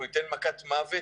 אנחנו ניתן מכת מוות.